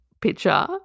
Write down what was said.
picture